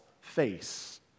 face